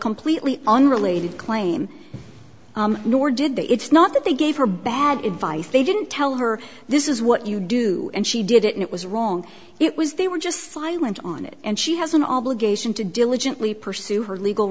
completely unrelated claim nor did they it's not that they gave her bad advice they didn't tell her this is what you do and she did it it was wrong it was they were just silent on it and she has an obligation to diligently pursue her legal